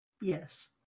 Yes